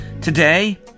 Today